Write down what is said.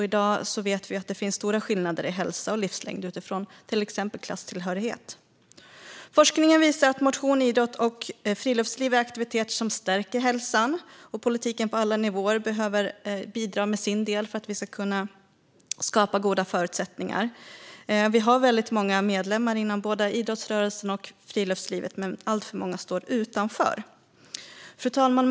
I dag vet vi att det finns stora skillnader i hälsa och livslängd utifrån till exempel klasstillhörighet. Forskningen visar att motion, idrott och friluftsliv är aktiviteter som stärker hälsan. Politiken på alla nivåer behöver bidra med sin del för att vi ska kunna skapa goda förutsättningar för detta. Vi har väldigt många medlemmar inom både idrottsrörelsen och friluftslivet, men alltför många står utanför. Fru talman!